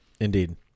Indeed